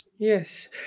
Yes